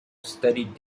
studied